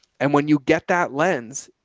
and when you get that lens,